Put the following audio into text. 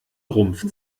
rumpf